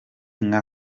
nka